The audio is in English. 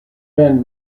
men